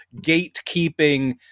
gatekeeping